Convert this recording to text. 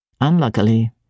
unluckily